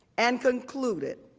and concluded,